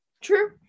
True